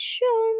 Show